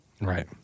Right